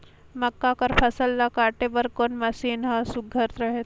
मक्का कर फसल ला काटे बर कोन मशीन ह सुघ्घर रथे?